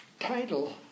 title